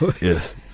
yes